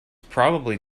probably